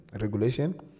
regulation